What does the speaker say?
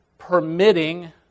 permitting